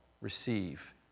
receive